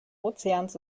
ozeans